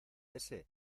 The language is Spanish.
este